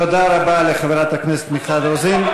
תודה רבה לחברת הכנסת מיכל רוזין.